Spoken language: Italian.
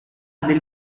del